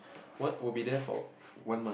what would be there for one month